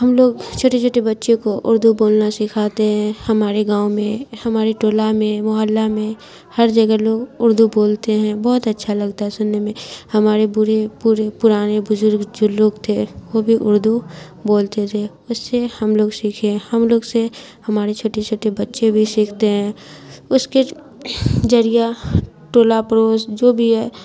ہم لوگ چھوٹے چھوٹے بچے کو اردو بولنا سکھاتے ہیں ہمارے گاؤں میں ہمارے ٹولہ میں محلہ میں ہر جگہ لوگ اردو بولتے ہیں بہت اچھا لگتا ہے سننے میں ہمارے بوڑھے بوڑھے پرانے بزرگ جو لوگ تھے وہ بھی اردو بولتے تھے اس سے ہم لوگ سیکھے ہم لوگ سے ہمارے چھوٹے چھوٹے بچے بھی سیکھتے ہیں اس کے ذریعہ ٹولہ پڑوس جو بھی ہے